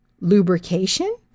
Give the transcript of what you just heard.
Lubrication